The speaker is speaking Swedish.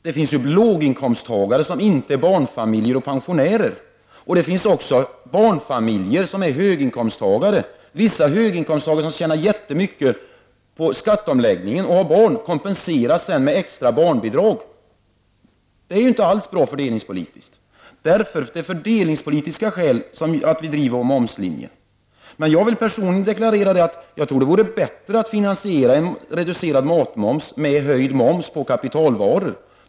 Det finns låginkomsttagare som inte är barnfamiljer eller pensionärer, och det finns barnfamiljer som är höginkomsttagare. Vissa höginkomsttagare som tjänar jättemycket på skatteomläggningen och har barn kompenseras sedan med extra barnbidrag. Det är inte alls bra fördelningspolitiskt. Det är av fördelningspolitiska skäl vi driver vår momslinje. Jag vill personligen deklarera att jag tror att det vore bättre att finansiera en reducerad matmoms med höjd moms på kapitalvaror.